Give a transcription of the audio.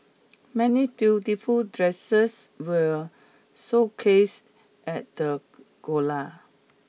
many beautiful dresses were showcased at the gala